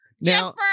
Now